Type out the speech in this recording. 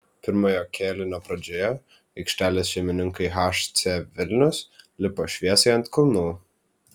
pirmojo kėlinio pradžioje aikštelės šeimininkai hc vilnius lipo šviesai ant kulnų